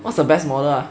what's the best model